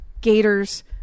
gators